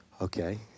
Okay